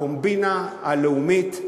הקומבינה הלאומית,